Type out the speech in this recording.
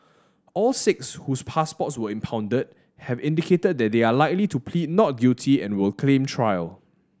all six whose passports were impounded have indicated that they are likely to plead not guilty and will claim trial